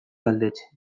galdetzen